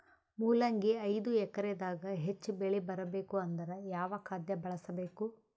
ಮೊಲಂಗಿ ಐದು ಎಕರೆ ದಾಗ ಹೆಚ್ಚ ಬೆಳಿ ಬರಬೇಕು ಅಂದರ ಯಾವ ಖಾದ್ಯ ಬಳಸಬೇಕು?